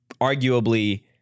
arguably